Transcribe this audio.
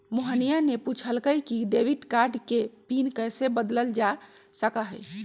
मोहिनीया ने पूछल कई कि डेबिट कार्ड के पिन कैसे बदल्ल जा सका हई?